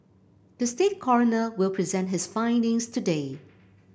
the state coroner will present his findings today